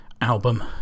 album